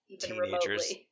teenagers